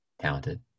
talented